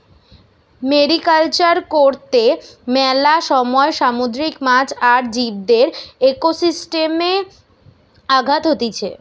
mariculture কর্তে মেলা সময় সামুদ্রিক মাছ আর জীবদের একোসিস্টেমে আঘাত হতিছে